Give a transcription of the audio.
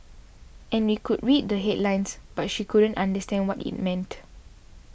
and we could read the headlines but she couldn't understand what it meant